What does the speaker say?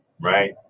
right